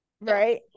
right